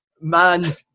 Man